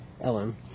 Ellen